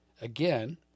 again